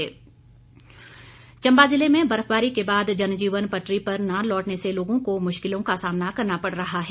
कांग्रेस चंबा चंबा जिले में बर्फबारी के बाद जनजीवन पटरी पर न लौटने से लोगों को मुश्किलों का सामना करना पड़ रहा है